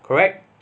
correct